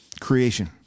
creation